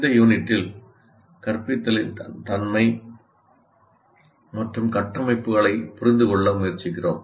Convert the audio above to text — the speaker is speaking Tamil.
இந்த யூனிட்டில் கற்பித்தலின் தன்மை மற்றும் கட்டமைப்புகளை புரிந்து கொள்ள முயற்சிக்கிறோம்